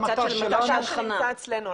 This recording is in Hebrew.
במט"ש יד חנה.